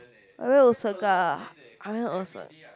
I like Osaka I like Osa~